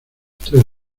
tres